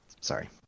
Sorry